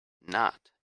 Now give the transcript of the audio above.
not